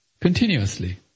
continuously